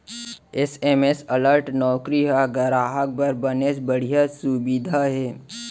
SMS alert नउकरी ह गराहक बर बनेच बड़िहा सुबिधा हे